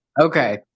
Okay